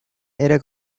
era